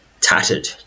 Tattered